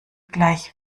gleich